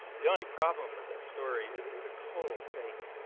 the only problem with that story is it was a total fake.